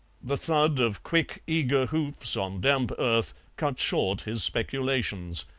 the thud of quick, eager hoofs on damp earth cut short his speculations.